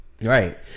Right